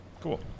Cool